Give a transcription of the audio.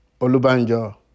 Olubanjo